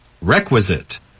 Requisite